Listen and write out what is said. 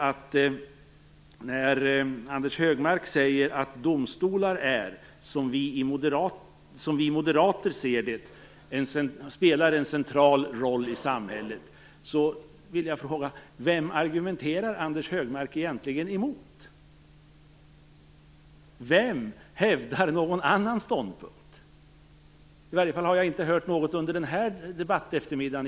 Anders Högmark säger: Domstolar spelar, som vi moderater ser det, en central roll i samhället. Högmark egentligen emot? Vem hävdar någon annan ståndpunkt? Jag har i varje fall inte hört något under den här debatten i kammaren.